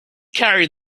carry